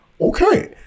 okay